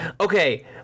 okay